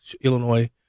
Illinois